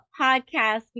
podcast